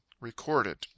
recorded